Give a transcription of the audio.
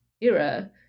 era